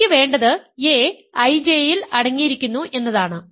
എനിക്ക് വേണ്ടത് a IJ യിൽ അടങ്ങിയിരിക്കുന്നു എന്നതാണ്